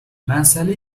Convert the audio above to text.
مسئله